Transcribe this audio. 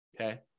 Okay